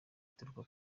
ituruka